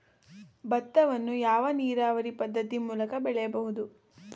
ಭತ್ತವನ್ನು ಯಾವ ನೀರಾವರಿ ಪದ್ಧತಿ ಮೂಲಕ ಬೆಳೆಯಬಹುದು?